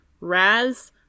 Raz